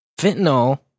Fentanyl